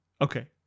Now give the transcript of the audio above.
Okay